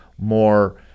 more